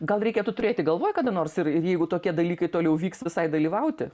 gal reikėtų turėti galvoj kada nors ir ir jeigu tokie dalykai toliau vyks visai dalyvauti